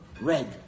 red